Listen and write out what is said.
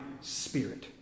spirit